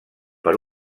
per